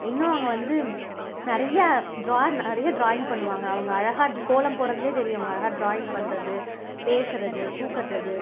இன்னும் அவங்க வந்து நிறையா டிரா நிறையா டிராயிங் பண்ணுவாங்க அவங்க அழகாக கோலம் போடுறதுலேயே தெரியும் அவங்க டிராயிங் பண்றது பேசுறது பூ கட்டுறது